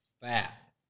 Fat